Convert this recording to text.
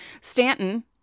Stanton